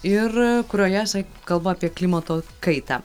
ir kurioje jisai kalba apie klimato kaitą